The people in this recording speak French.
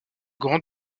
grand